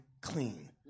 clean